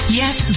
yes